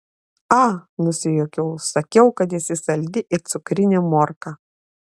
a nusijuokiau sakiau kad esi saldi it cukrinė morka